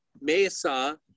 mesa